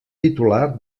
titular